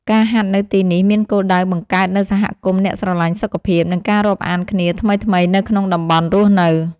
ការហាត់នៅទីនេះមានគោលដៅបង្កើតនូវសហគមន៍អ្នកស្រឡាញ់សុខភាព និងការរាប់អានគ្នាថ្មីៗនៅក្នុងតំបន់រស់នៅ។